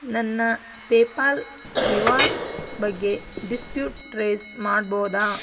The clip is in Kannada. ನನ್ನ ಪೇಪಾಲ್ ರಿವಾರ್ಡ್ಸ್ ಬಗ್ಗೆ ಡಿಸ್ಪ್ಯೂಟ್ ರೈಸ್ ಮಾಡ್ಬೋದಾ